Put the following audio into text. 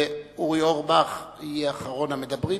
ואורי אורבך יהיה אחרון המדברים,